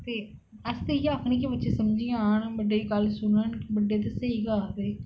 ते अस ते इयै आक्खने कि बच्चे समझी जान बड्डें दी गल्ल सुनन बड्डे ते स्हेई गै आखदे